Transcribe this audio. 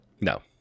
No